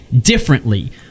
differently